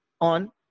on